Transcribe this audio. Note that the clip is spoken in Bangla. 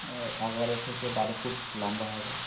এগারো থেকে বারো ফুট লম্বা হবে